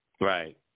Right